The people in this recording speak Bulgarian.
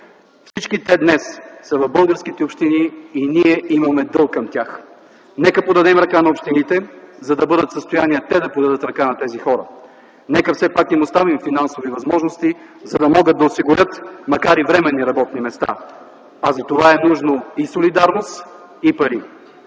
Всички те днес са в българските общини и ние имаме дълг към тях. Нека подадем ръка на общините, за да бъдат в състояние те да подадат ръка на тези хора. Нека все пак им оставим финансови възможности, за да могат да осигурят, макар и временни работни места. Затова са нужни и солидарност, и пари.